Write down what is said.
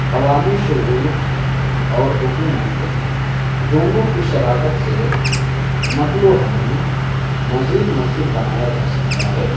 عوامی شعور اور حکومت دونوں کی شراکت سے نقل و حمل مزید مؤثر بنایا جا سکتا ہے